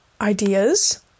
ideas